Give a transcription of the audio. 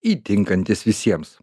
įtinkantis visiems